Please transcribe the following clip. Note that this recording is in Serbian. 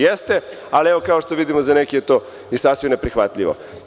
Jeste, ali, kao što vidimo, za neke je to i sasvim neprihvatljivo.